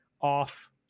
off